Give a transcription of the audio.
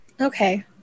okay